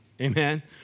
amen